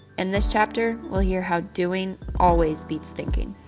in this chapter, we'll hear how doing always beats thinking.